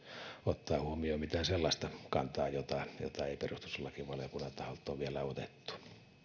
ottaa huomioon mitään sellaista kantaa jota ei perustuslakivaliokunnan taholta ole vielä otettu tämä